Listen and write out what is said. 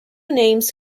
names